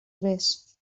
res